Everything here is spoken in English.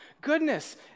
goodness